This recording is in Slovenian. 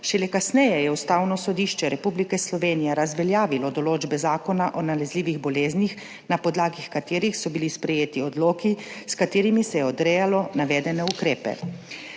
Šele kasneje je Ustavno sodišče Republike Slovenije razveljavilo določbe Zakona o nalezljivih boleznih, na podlagi katerih so bili sprejeti odloki, s katerimi se je odrejalo navedene ukrepe.